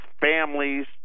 families